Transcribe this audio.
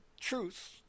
truth